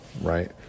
right